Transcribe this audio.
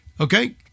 Okay